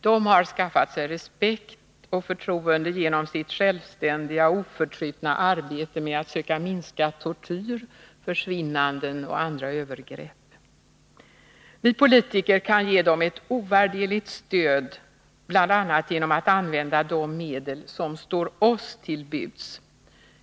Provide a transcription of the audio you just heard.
De har skaffat sig respekt och förtroende genom sitt självständiga och oförtrutna arbete med att söka minska tortyr, försvinnanden och andra övergrepp. Vi politiker kan ge dem ett ovärderligt stöd bl.a. genom att använda de medel som står oss till buds.